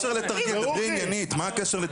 אי אפשר --- מה הקשר?